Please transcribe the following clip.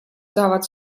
saavad